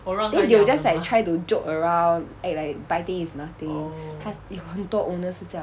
then they will just like try to joke around act like biting is nothing 他有很多 owner 是这样的